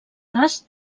cas